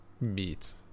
meat